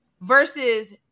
versus